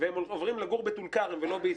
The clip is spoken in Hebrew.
והם עוברים לגור בטול כרם ולא בישראל,